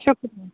شُکریہ